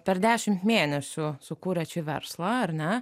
per dešimt mėnesių sukūrėt šį verslą ar ne